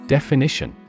Definition